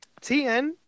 TN